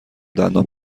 دندان